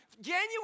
January